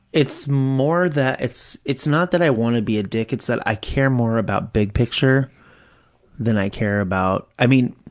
it's more that it's, it's not that i want to be a dick. it's that i care more about big picture than i care about, i mean,